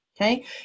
okay